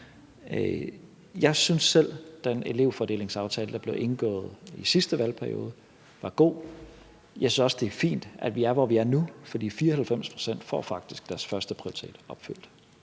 Jeg synes selv, at den elevfordelingsaftale, der blev indgået i sidste valgperiode, var god. Jeg synes også, det er fint, at vi er, hvor vi er nu, fordi 94 pct. faktisk får deres førsteprioritet opfyldt.